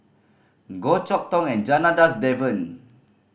Goh Chok Tong and Janadas Devan